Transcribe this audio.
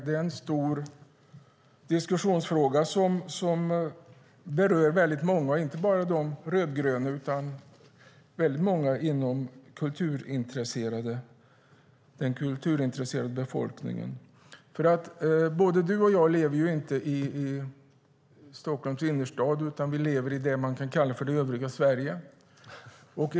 Det är en stor diskussionsfråga som berör många, inte bara de rödgröna utan väldigt många i den kulturintresserade befolkningen. Varken du eller jag lever i Stockholms innerstad utan i det man kan kalla för det övriga Sverige.